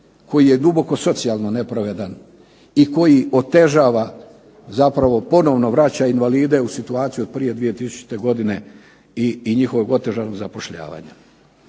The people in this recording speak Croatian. koji je duboko socijalno nepravedan i koji otežava, zapravo ponovno vraća invalide u situaciju od prije 2000-te godine i njihovog otežanog zapošljavanja.